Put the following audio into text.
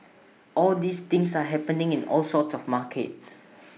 all these things are happening in all sorts of markets